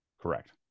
Correct